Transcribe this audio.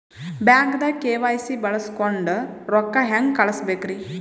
ಬ್ಯಾಂಕ್ದಾಗ ಕೆ.ವೈ.ಸಿ ಬಳಸ್ಕೊಂಡ್ ರೊಕ್ಕ ಹೆಂಗ್ ಕಳಸ್ ಬೇಕ್ರಿ?